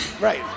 Right